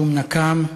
שום נקם,